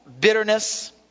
bitterness